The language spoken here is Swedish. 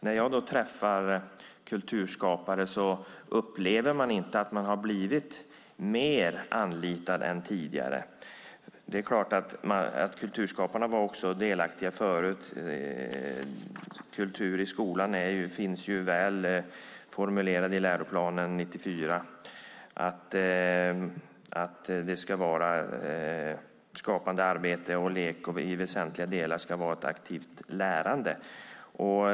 När jag träffar kulturskapare upplever de inte att de har blivit mer anlitade än tidigare. Det är klart att kulturskaparna också var delaktiga förut. Kultur i skolan finns väl formulerad i läroplanen 94, att det ska vara skapande arbete och lek och att det i väsentliga delar ska vara ett aktivt lärande.